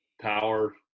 power